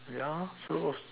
ya so